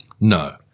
No